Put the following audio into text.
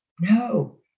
No